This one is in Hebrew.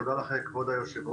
תודה לך, כבוד יושבת-הראש.